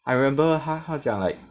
I remember 他他讲 like